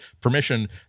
permission